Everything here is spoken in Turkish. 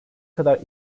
kadar